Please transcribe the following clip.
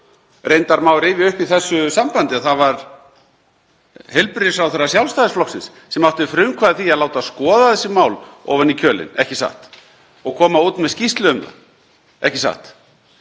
Reyndar má rifja upp í þessu sambandi að það var heilbrigðisráðherra Sjálfstæðisflokksins sem átti frumkvæði að því að láta skoða þessi mál ofan í kjölinn — ekki satt? — og koma út með skýrslu um það — ekki satt?